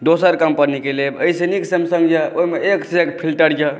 दोसर कम्पनीक लेब एहिसँ नीक सैमसंग अइ ओहिमे एकसँ एक फ़िल्टर अइ